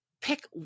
pick